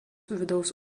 vidaus